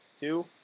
two